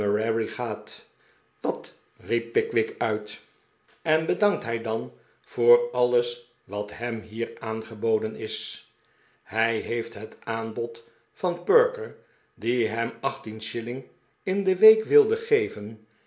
wat riep pickwick uit en bedankt hij dan voor alles wat hem hier aangeboden is hij heeft het aanbod van perker die hem achttien shilling in de week wilde geven